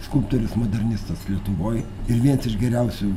skulptorius modernistas lietuvoj ir viens iš geriausių